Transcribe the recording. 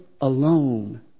alone